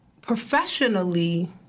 professionally